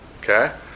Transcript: Okay